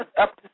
up